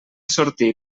sortir